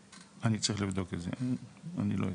אני צריך לבדוק את זה, אני לא יודע.